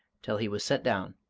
till he was set down,